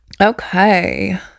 Okay